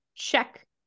Check